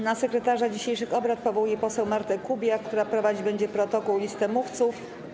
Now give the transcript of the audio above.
Na sekretarza dzisiejszych obrad powołuję poseł Martę Kubiak, która prowadzić będzie protokół i listę mówców.